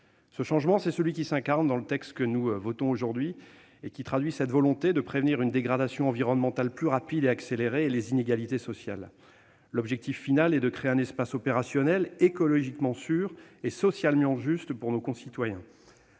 Ce changement, c'est celui qui s'incarne au travers du texte que nous allons voter aujourd'hui. Il traduit la volonté de prévenir une dégradation environnementale accélérée tout en luttant contre les inégalités sociales. L'objectif final est de créer un espace opérationnel écologiquement sûr et socialement juste pour nos concitoyens.